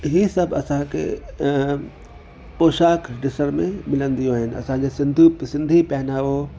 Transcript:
इहे सभु असांखे पौशाक ॾिसण में मिलंदियूं आहिनि असांजे सिंधी बि सिंधी पहिनावो